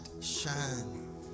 shine